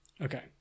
Okay